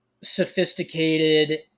sophisticated